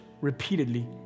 repeatedly